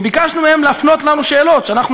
וביקשנו מהם להפנות אלינו שאלות שאנחנו